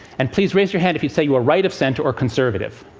and please raise your hand if you'd say you are right of center or conservative.